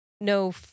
No